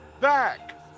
back